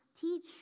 teach